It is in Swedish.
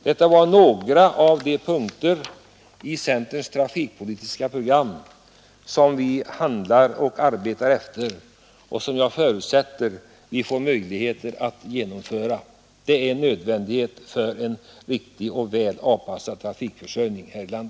Detta är några av punkterna i centerns trafikpolitiska program, som vi handlar och arbetar efter och som jag förutsätter att vi får möjligheter att genomföra. Det är en nödvändighet för en riktig och väl avpassad trafikförsörjning i vårt land.